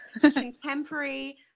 contemporary